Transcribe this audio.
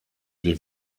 wie